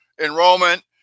enrollment